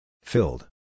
Filled